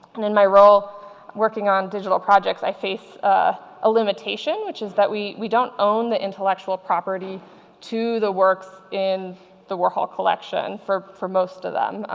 and in my role working on digital projects, i face a limitation which is that we we don't own the intellectual property to the works in the warhol collection for for most of them.